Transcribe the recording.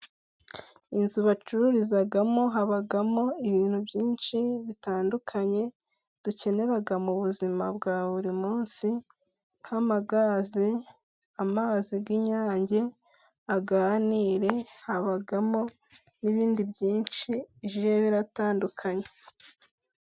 Inzu bacururizamo habamo ibintu byinshi bitandukanye dukenera mu buzima bwa buri munsi, nk'ama gaze, amazi y'inyange, aya Nil, habamo n'ibindi byinshi bigiye bitandukanye.